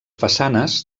façanes